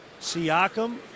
Siakam